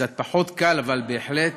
קצת פחות קל, אבל בהחלט,